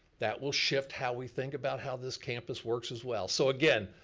that will shift how we think about how this campus works as well. so again,